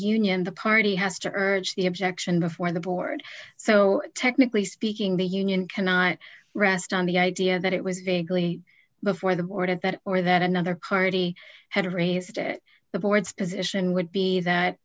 union the party has to urge the objection before the board so technically speaking the union cannot rest on the idea that it was going before the board and that or that another carty had raised it the board's position would be that